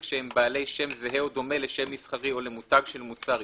שהם בעלי שם זהה או דומה לשם מסחרי או למותג של מוצר עישון,